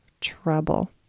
trouble